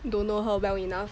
don't know her well enough